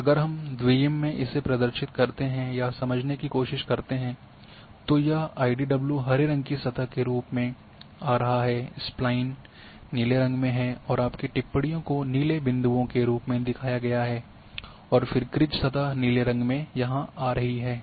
और अगर हम द्विम में इसे प्रदर्शित करते हैं या समझने की कोशिश करते हैं तो यह आईडीडब्ल्यू हरे रंग की सतह के रूप में आ रहा है स्प्लाइन नीले रंग में और आपकी टिप्पणियों को नीले बिंदुओं के रूप में दिखाया गया है और फिर क्रीज सतह नीले रंग में यहाँ आ रही है